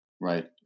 right